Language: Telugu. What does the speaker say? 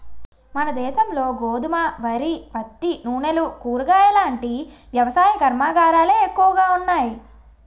మనదేశంలో గోధుమ, వరి, పత్తి, నూనెలు, కూరగాయలాంటి వ్యవసాయ కర్మాగారాలే ఎక్కువగా ఉన్నాయి